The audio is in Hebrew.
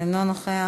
אינו נוכח.